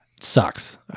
sucks